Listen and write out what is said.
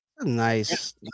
Nice